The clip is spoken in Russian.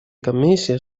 комиссия